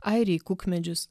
airiai kukmedžius